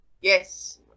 Yes